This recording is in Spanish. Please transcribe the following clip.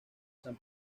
san